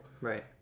Right